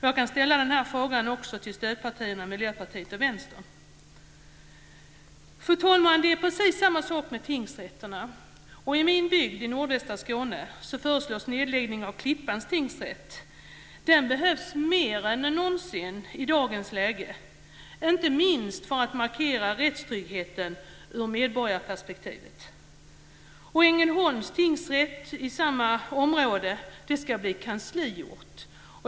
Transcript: Jag kan rikta dessa frågor också till stödpartierna Miljöpartiet och Vänstern. Fru talman! Det är precis samma sak med tingsrätterna. I min hembygd, nordvästra Skåne, föreslås en nedläggning av Klippans tingsrätt. Den behövs mer än någonsin i dagens läge, inte minst för att markera rättstryggheten ur ett medborgarperspektiv. Och när det gäller tingsrätten i Ängelholm ska Ängelholm bli kansliort.